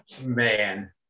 Man